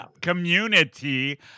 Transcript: community